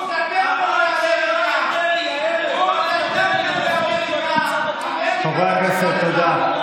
הרב של אריה דרעי הערב, חברי הכנסת, תודה.